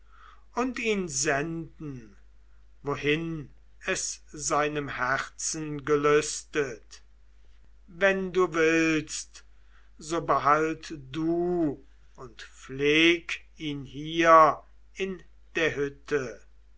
und ihn senden wohin es seinem herzen gelüstet wenn du willst so behalt du und pfleg ihn hier in der hütte